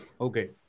okay